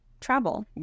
travel